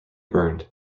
burned